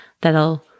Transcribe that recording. that'll